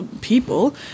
people